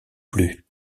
plus